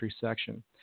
section